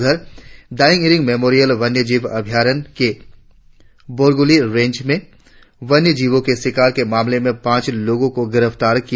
उधर दायिंग इरिंग मेमोरियल वन्य जीव अभ्यारण के बोरगुली रेंज में वन्य जीवों के शिकार के मामले में पांच लोगों को गिरफ्तार किया